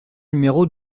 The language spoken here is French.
numéro